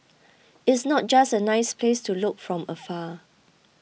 it's not just a nice place to look from afar